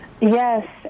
Yes